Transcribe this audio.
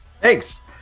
Thanks